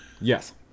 Yes